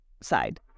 side